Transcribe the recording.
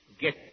Get